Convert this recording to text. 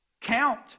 count